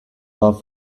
love